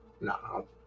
No